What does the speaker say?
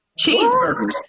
Cheeseburgers